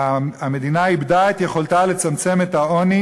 המדינה איבדה את יכולתה לצמצם את העוני